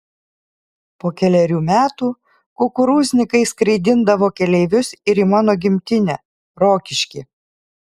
po kelerių metų kukurūznikai skraidindavo keleivius ir į mano gimtinę rokiškį